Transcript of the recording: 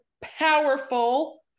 powerful